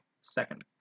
second